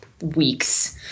weeks